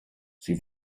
sie